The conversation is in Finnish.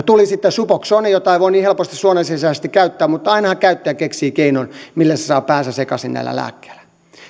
tuli suboxone jota ei voi niin helposti suonensisäisesti käyttää mutta ainahan käyttäjä keksii keinon millä se saa päänsä sekaisin näillä lääkkeillä